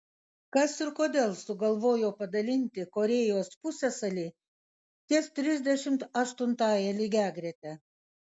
kas ir kodėl sugalvojo padalinti korėjos pusiasalį ties trisdešimt aštuntąja lygiagrete